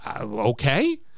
Okay